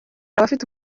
abafite